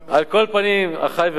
על כל פנים, אחי ורעי,